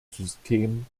system